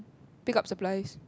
pick up supplies